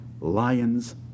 lion's